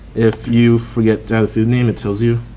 if you forget to add the food name it tells you.